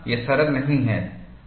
यह सरल नहीं है